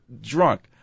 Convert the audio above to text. drunk